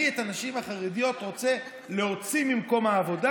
אני את הנשים החרדיות רוצה להוציא ממקום העבודה.